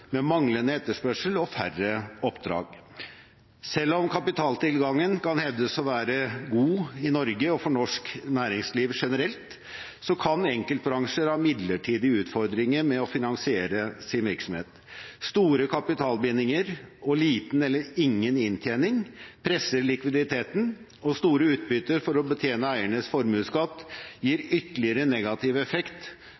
med manglende etterspørsel og færre oppdrag. Selv om kapitaltilgangen kan hevdes å være god i Norge og for norsk næringsliv generelt, kan enkeltbransjer ha midlertidige utfordringer med å finansiere sin virksomhet. Store kapitalbindinger og liten eller ingen inntjening presser likviditeten, og store utbytter for å betjene eiernes formuesskatt gir